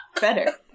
Better